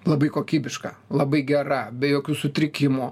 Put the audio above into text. labai kokybiška labai gera be jokių sutrikimų